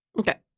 Okay